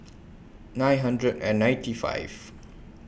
nine hundred and ninety five